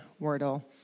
Wordle